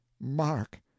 Mark